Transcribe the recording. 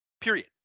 Period